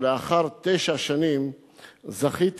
שלאחר תשע שנים זכיתי